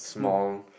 small